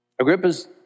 Agrippa's